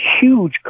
huge